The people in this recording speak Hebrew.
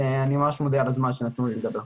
אני מודה על הזמן שניתן לי לדבר.